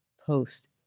post